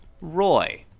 Roy